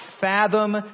fathom